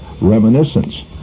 reminiscence